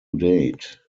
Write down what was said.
date